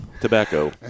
tobacco